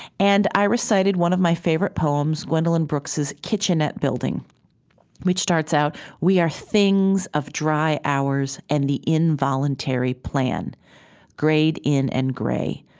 and i recited one of my favorite poems, gwendolyn brooks' kitchenette building which starts out we are things of dry hours and the involuntary plan grayed in, and gray.